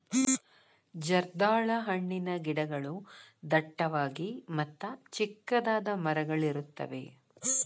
ಜರ್ದಾಳ ಹಣ್ಣಿನ ಗಿಡಗಳು ಡಟ್ಟವಾಗಿ ಮತ್ತ ಚಿಕ್ಕದಾದ ಮರಗಳಿರುತ್ತವೆ